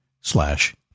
slash